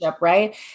Right